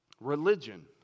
religion